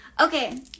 Okay